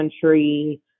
country